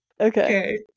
okay